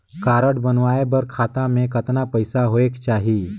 Card बनवाय बर खाता मे कतना पईसा होएक चाही?